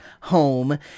home